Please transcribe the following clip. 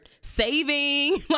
saving